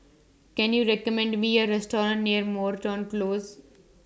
Can YOU recommend Me A Restaurant near Moreton Close